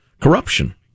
corruption